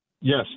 Yes